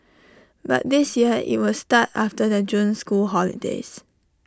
but this year IT will start after the June school holidays